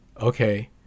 okay